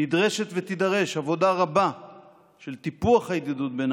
נדרשת ותידרש עבודה רבה של טיפוח הידידות בין